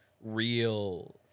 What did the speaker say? real